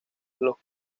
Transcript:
los